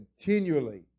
continually